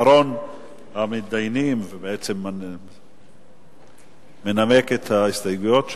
אחרון המתדיינים, מנמק את ההסתייגויות שלו,